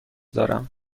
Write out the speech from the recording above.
دارم